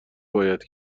باید